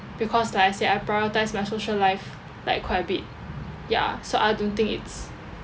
because like I said I prioritise my social life like quite a bit ya so I don't think it's